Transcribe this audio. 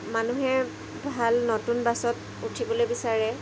মানুহে ভাল নতুন বাছত উঠিবলৈ বিচাৰে